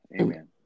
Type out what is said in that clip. Amen